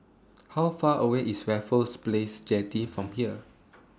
How Far away IS Raffles Place Jetty from here